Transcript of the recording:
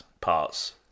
parts